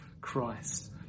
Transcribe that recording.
Christ